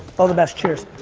all the best, cheers.